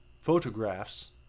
photographs